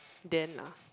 then ah